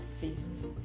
feast